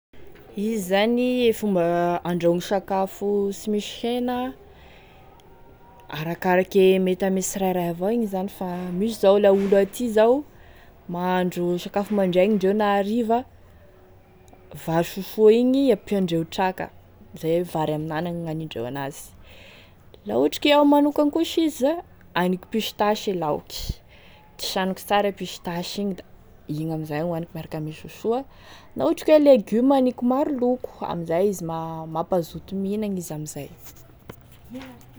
Izy zany e fomba handrahoigny sakafo sy misy hena, arakaraky e mety ame sirairay avao igny zany fa misy zao la olo aty zao, mahandro sakafo mandraigny indreo na hariva, vary sosoa igny ampiandreo traka, zay e vary amin'ny anana gn'anindreo an'azy, laha ohatry ka iaho manokagny kosa izy za aniko pistache e laoky, disagniko sara e pistache igny da igny amin'izay hoaniko miaraka ame sosoa, na ohatry ka hoe legiome aniko maro loko amin'izay mampazoto mihinagny izy amin'izay.